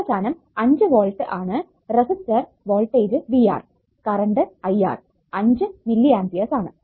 അവസാനം 5 വോൾട്ട് ആണ് resistor voltage VR current IR 5 milli amperes ആണ്